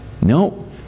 No